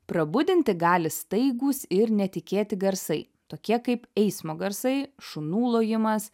prabudinti gali staigūs ir netikėti garsai tokie kaip eismo garsai šunų lojimas